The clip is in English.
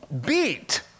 beat